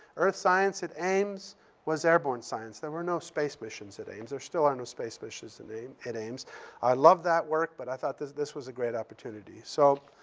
earth science at ames was airborne science. there were no space missions at ames. there still are no space missions and at ames. i love that work, but i thought this this was a great opportunity. so